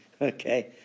Okay